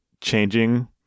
changing